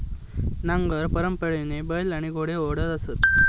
नांगर परंपरेने बैल आणि घोडे ओढत असत